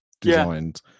designed